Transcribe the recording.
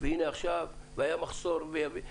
והיה מחסור.